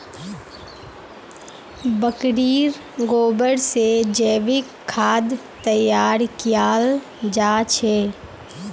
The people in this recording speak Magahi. बकरीर गोबर से जैविक खाद तैयार कियाल जा छे